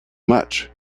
much